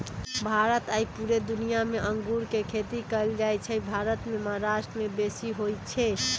भारत आऽ पुरे दुनियाँ मे अङगुर के खेती कएल जाइ छइ भारत मे महाराष्ट्र में बेशी होई छै